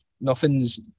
nothing's